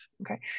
okay